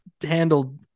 handled